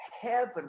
heaven